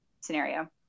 scenario